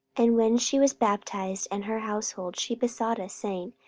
and when she was baptized, and her household, she besought us, saying,